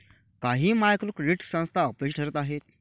काही micro credit संस्था अपयशी ठरत आहेत